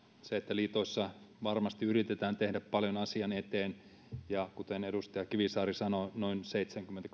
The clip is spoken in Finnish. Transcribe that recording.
liitoissa varmasti yritetään tehdä paljon asian eteen ja kuten edustaja kivisaari sanoi noin seitsemänkymmentä